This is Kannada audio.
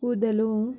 ಕೂದಲು